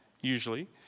usually